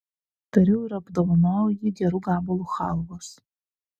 tariau ir apdovanojau jį geru gabalu chalvos